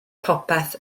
popeth